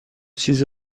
چیزی